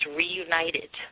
reunited